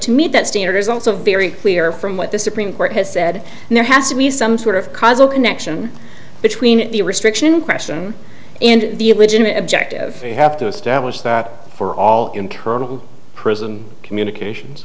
to meet that standard is also very clear from what the supreme court has said there has to be some sort of cause or connection between the restriction question and the illegitimate objective you have to establish that for all internal prison communications